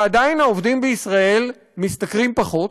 ועדיין העובדים בישראל משתכרים פחות,